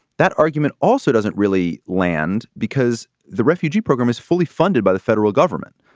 that argument also doesn't really land because the refugee program is fully funded by the federal government.